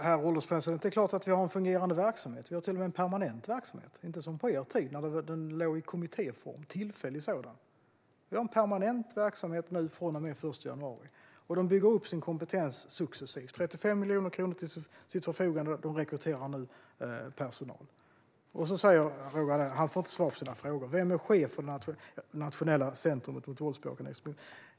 Herr ålderspresident! Det är klart att vi har en fungerande verksamhet. Vi har till och med en permanent verksamhet. Det är inte som på er tid, Roger Haddad, när den befann sig i tillfällig kommittéform. Vi har en permanent verksamhet från och med den 1 januari. Verksamhetens kompetens byggs upp succesivt. Man har 35 miljoner kronor till sitt förfogande och rekryterar nu personal. Roger Haddad säger att han inte får svar på sina frågor. Vem är chef för det nationella centrumet mot våldsbejakande extremism?